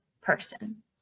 person